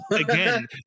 again